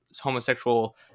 homosexual